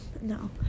No